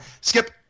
Skip